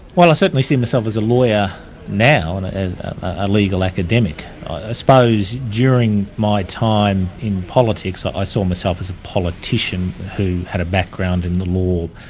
well i certainly see myself as a lawyer now, and a and a legal academic. i suppose during my time in politics, i saw myself as a politician who had a background in the law.